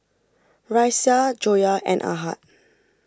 Raisya Joyah and Ahad